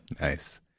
Nice